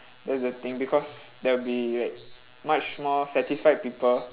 that's the thing because there will be like much more satisfied people